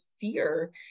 fear